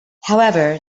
however